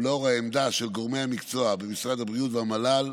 ולאור העמדה של גורמי המקצוע במשרד הבריאות והמל"ל,